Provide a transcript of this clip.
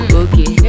okay